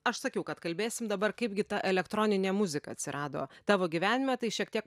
aš sakiau kad kalbėsim dabar kaip gi ta elektroninė muzika atsirado tavo gyvenime tai šiek tiek